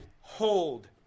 hold